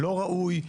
לא ראוי.